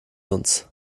uns